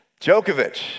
Djokovic